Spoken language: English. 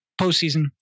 postseason